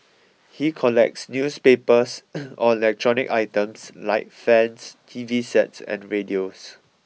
he collects newspapers or electronic items like fans T V sets and radios